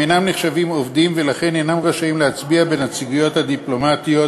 הם אינם נחשבים עובדים ולכן אינם רשאים להצביע בנציגויות הדיפלומטיות